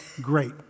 great